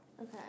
Okay